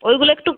ওইগুলো একটু